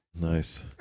Nice